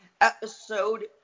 episode